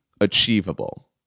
achievable